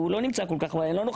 הוא לא נמצא כל כך בוועדות.